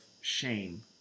shame